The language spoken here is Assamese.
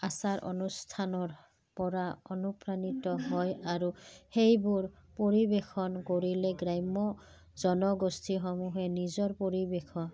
আচাৰ অনুষ্ঠানৰপৰা অনুপ্ৰাণিত হয় আৰু সেইবোৰ পৰিৱেশন কৰিলে গ্ৰাম্য জনগোষ্ঠীসমূহে নিজৰ পৰিৱেশন